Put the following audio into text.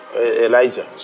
Elijah